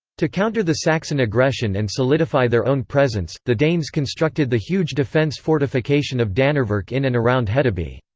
to counter the saxon aggression and solidify their own presence, the danes constructed the huge defence fortification of danevirke in and around hedeby.